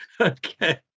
Okay